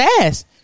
ass